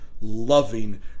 loving